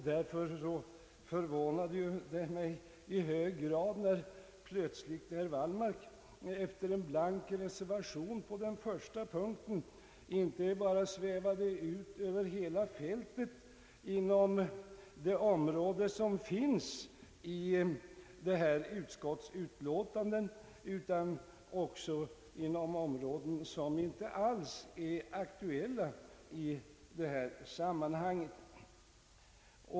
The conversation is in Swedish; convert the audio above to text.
Det förvånade mig därför i hög grad när herr Wallmark plötsligt efter en blank reservation på första punkten inte bara svävade ut på hela fältet inom det område som finns i detta utskottsutlåtande utan också inom områden som inte alls är aktuella i detta sammanhang.